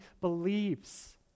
believes